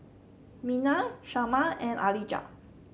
Mina Shanna and Alijah